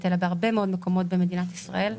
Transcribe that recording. אלא בהרבה מאוד מקומות במדינת ישראל.